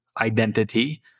identity